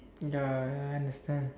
ya I understand